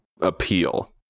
appeal